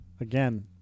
Again